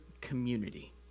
community